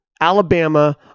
Alabama